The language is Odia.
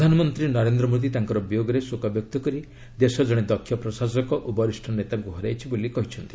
ପ୍ରଧାନମନ୍ତ୍ରୀ ନରେନ୍ଦ୍ର ମୋଦୀ ତାଙ୍କର ବିୟୋଗରେ ଶୋକ ବ୍ୟକ୍ତ କରି ଦେଶ ଜଣେ ଦକ୍ଷ୍ୟ ପ୍ରଶାସକ ଓ ବରିଷ୍ଠ ନେତାଙ୍କୁ ହରାଇଛି ବୋଲି କହିଛନ୍ତି